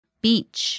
beach